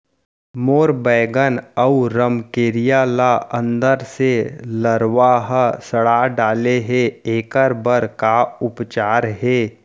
मोर बैगन अऊ रमकेरिया ल अंदर से लरवा ह सड़ा डाले हे, एखर बर का उपचार हे?